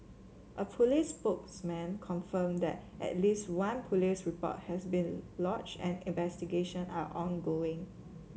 a police spokesman confirmed that at least one police report has been lodged and investigation are ongoing